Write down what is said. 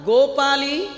Gopali